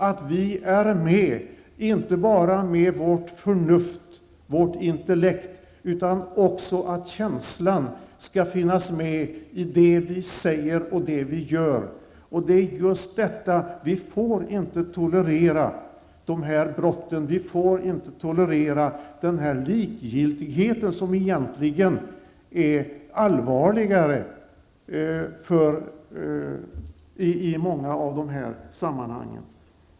Vi måste känna -- inte bara med vårt förnuft, vårt intellekt. Också i det vi säger och gör måste det finnas en känsla. Vi får alltså inte tolerera brott av det här slaget. Vi får inte tolerera likgiltigheten -- som egentligen i många sådana här sammanhang är något än allvarligare.